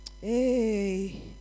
Hey